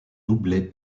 doublé